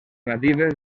natives